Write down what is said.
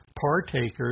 partakers